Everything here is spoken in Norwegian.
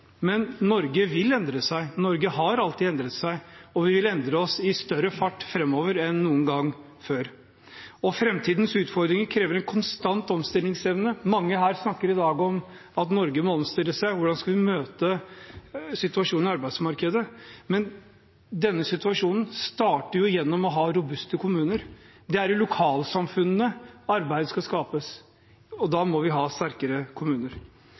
Men Norge vil endre seg, Norge har alltid endret seg, og vi vil endre oss i større fart enn noen gang før. Framtidens utfordringer krever en konstant omstillingsevne. Mange her snakker i dag om at Norge må omstille seg – hvordan skal vi møte situasjonen i arbeidsmarkedet? Men det starter jo gjennom å ha robuste kommuner. Det er i lokalsamfunnene arbeidet skal skapes, og da må vi ha sterkere kommuner.